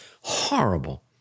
horrible